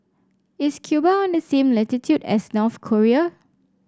is Cuba on the same latitude as North Korea